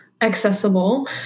accessible